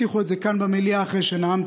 הבטיחו את זה כאן במליאה אחרי שנאמתי,